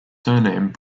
surname